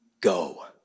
go